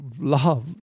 love